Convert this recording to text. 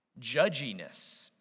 Judginess